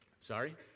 Sorry